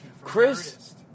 Chris